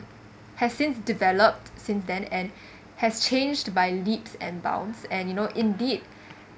has since developed since then and has changed by leaps and and bounds and you know indeed